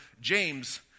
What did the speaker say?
James